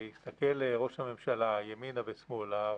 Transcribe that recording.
שהסתכל ראש הממשלה ימינה ושמאלה,